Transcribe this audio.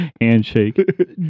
Handshake